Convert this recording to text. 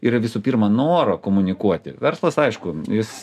yra visų pirma noro komunikuoti verslas aišku jis